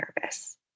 nervous